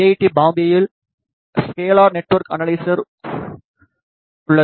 D பம்பாயில் scalar network analyser உருவாகிறது